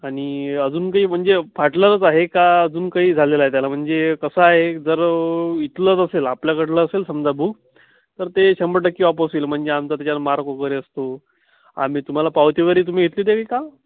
आणि अजून काही म्हणजे फाटलंच आहे का अजून काही झालेलं आहे त्याला म्हणजे कसं आहे जर इथलंच असेल आपल्याकडलं असेल समजा बुक तर ते शंभर टक्के वापस येईल म्हणजे आमचा त्याच्यावर मार्क वगैरे असतो आम्ही तुम्हाला पावती वगैरे तुम्ही घेतली होती का